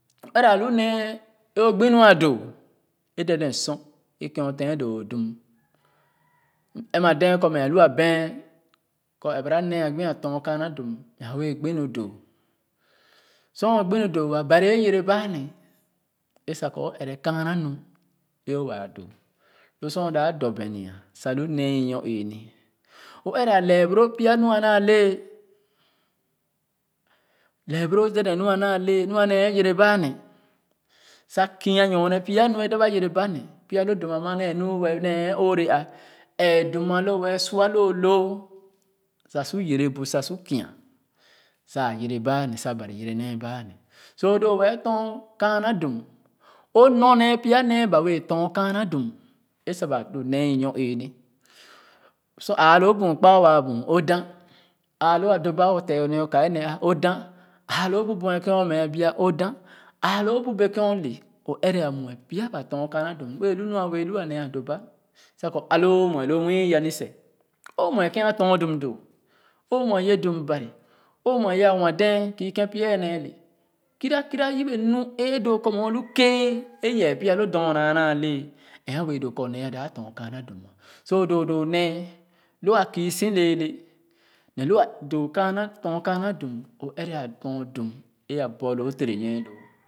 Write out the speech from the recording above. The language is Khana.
O ɛrɛ alu nee o gbi nu a doo é dédénsor é kèn o tèn doo o dum m ɛn-ma dɛɛ kɔ mɛ a lu a bɛɛ kɔ ɛrɛ a nee a gbo a tɔn kaanadum mɛ a wɛɛ gbi nu doo sor o gbi nu doo a Ban é yɛrɛ ba alɛ é sa kɔ o ɛrɛ kaana nu é waa doo gi lo sor o dap dɔ bɛnya sa lu nee i nyor ee-ni o ɛrɛ a lɛɛ boro pya nu a naa le lɛɛ boro dédén nu a lɛɛ nu a naa yɛrɛ ba a nee sa kia nyorne pya nu a dap a yɛrɛ ba a nee pya lo dum a ma nee nu nee é ore é dum alo wɛɛ su a lo loob sa su yɛrɛ bu sa su kia sa yɛrɛ ba ane sa Ban yɛre̱ne ba a ne so doo wɛɛ tɔn kaana dum o nɔr nee pija nee ba wɛɛ tɔn kaana dum éé-ni sor ãã lo buu kpa waa bwu o da ãã lo a doba o te ne o ka é nee o da ãã lo bu buɛ kèn o n-eah biaco da aa lo bu bɛ kèn o le o ɛrɛ a muɛ pya ba tɔn kaana dum wɛɛ nu lo a wɛɛ loo é-nee a doba sa kɔ a lo o muɛ lo nwii ya-ni sch o muɛ kèn a tɔn dum doo o muɛ yɛ dumo muɛ yɛ a nwa-dee kii kèn pya wɛɛ nee le kera kera yebe nu é doo kɔ mɛ o lu kéé ye pya lo dona na lɛɛ ɛɛ wɛɛ doo nee lo a kii lɛɛ lɛɛ nee lu doo kaana tɔn kaana dum o ɛrɛ tɔn dum é a borloo tere nyie loo.